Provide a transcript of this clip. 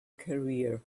career